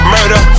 Murder